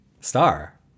Star